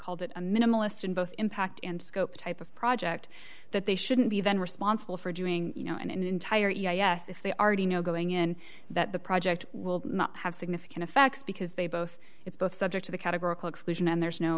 called it a minimalist in both impact and scope type of project that they shouldn't be then responsible for doing you know an entire yes if they already know going in that the project will have significant effects because they both it's both subject to the categorical exclusion and there's no